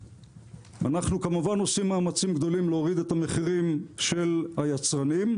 אנחנו כמובן עושים מאמצים גדולים להוריד את המחירים של היצרנים,